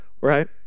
Right